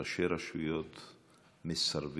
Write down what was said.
ראשי רשויות מסרבים,